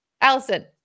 Allison